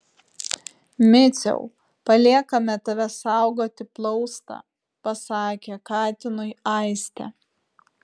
miciau paliekame tave saugoti plaustą pasakė katinui aistė